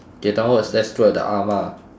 K downwards let's look at the ah ma